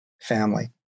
family